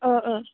अ